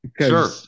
sure